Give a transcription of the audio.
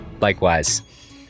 Likewise